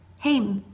hey